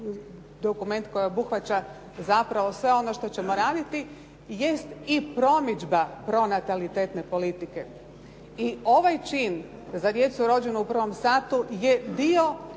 dokument koji obuhvaća zapravo sve ono što ćemo raditi jest i promidžba pronatalitetne politike. I ovaj čin za djecu rođenu u prvom satu je dio